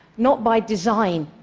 not by design.